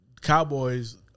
Cowboys